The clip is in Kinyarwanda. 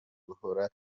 gukora